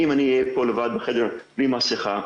אם אני אהיה פה לבד בחדר בלי מסיכה,